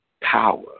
power